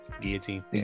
guillotine